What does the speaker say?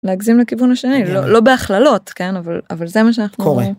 להגזים לכיוון השני, לא בהכללות, כן, אבל זה מה שאנחנו רואים.